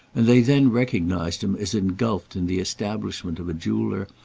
and they then recognised him as engulfed in the establishment of a jeweller,